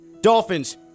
Dolphins